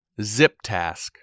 ZipTask